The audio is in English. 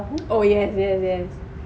oh yes yes yes